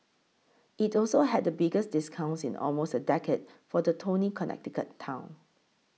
it also had the biggest discounts in almost a decade for the Tony Connecticut town